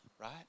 right